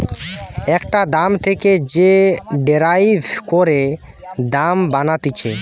একটা দাম থেকে যে ডেরাইভ করে দাম বানাতিছে